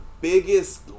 biggest